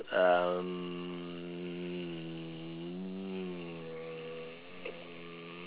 um